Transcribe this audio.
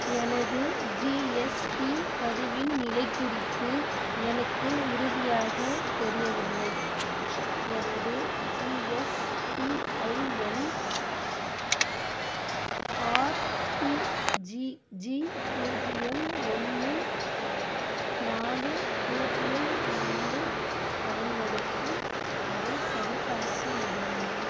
எனது ஜிஎஸ்டி பதிவின் நிலை குறித்து எனக்கு உறுதியாக தெரியவில்லை எனது ஜிஎஸ்டிஐஎன் ஆர்டிஜிஜி பூஜ்ஜியம் ஒன்று நாலு பூஜ்ஜியம் நாலு பயன்படுத்தி அதைச் சரிபார்க்க முடியுமா